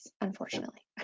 unfortunately